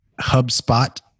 HubSpot